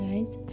Right